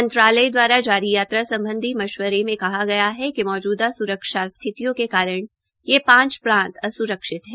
मंत्रालय द्वारा जारी यात्रा सम्बधी मशवरे में कहा गया है कि मौजूदा स्रक्षा स्थितियों के कारण ये पांच प्रात अस्रक्षित है